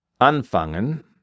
anfangen –